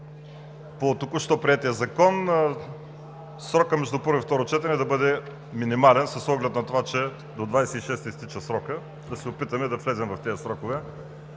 по току-що приетия закон срокът между първо и второ четене да бъде минимален с оглед на това, че до 26-и изтича срокът, да се опитаме да влезем в този срок,